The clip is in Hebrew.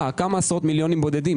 כמה עשרות מיליונים בודדים.